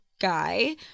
guy